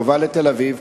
קרובה לתל-אביב,